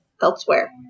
elsewhere